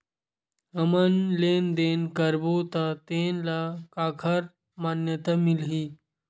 हमन लेन देन करबो त तेन ल काखर मान्यता मिलही?